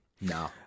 no